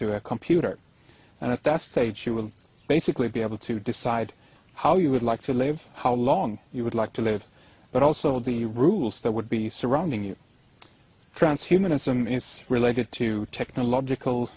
a computer and at that stage you will basically be able to decide how you would like to live how long you would like to live but also the rules that would be surrounding you trance humanism is related to technological